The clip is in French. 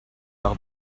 par